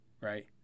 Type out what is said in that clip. right